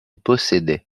possédait